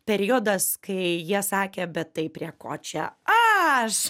periodas kai jie sakė bet tai prie ko čia aš